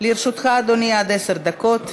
לרשותך, אדוני, עד עשר דקות.